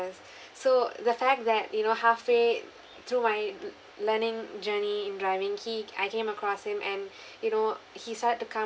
so the fact that you know halfway through my l~ learning journey in driving he I came across him and you know he said to come